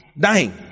dying